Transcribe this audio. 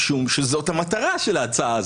משום שזאת המטרה של ההצעה הזאת.